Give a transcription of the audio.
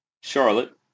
Charlotte